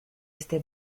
este